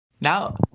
now